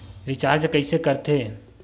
Recharge कइसे कर थे?